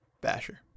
Basher